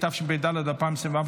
התשפ"ד 2024,